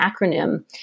acronym